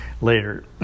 later